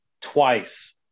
twice